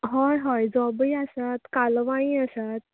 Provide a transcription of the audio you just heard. हय हय जोबूय आसात काल्वांय आसात